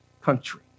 country